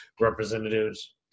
representatives